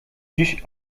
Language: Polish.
dziś